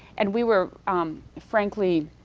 and we were frankly